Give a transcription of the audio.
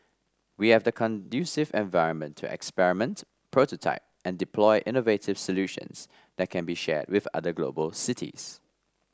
we have the conducive environment to experiment prototype and deploy innovative solutions that can be shared with other global cities